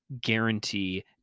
guarantee